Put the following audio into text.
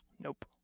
Nope